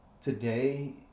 Today